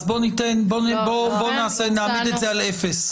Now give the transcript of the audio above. אז בואו נעמיד את זה על אפס.